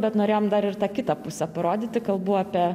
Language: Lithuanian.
bet norėjom dar ir tą kitą pusę parodyti kalbu apie